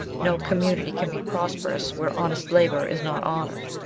no community can be prosperous, where honest labour is not honoured.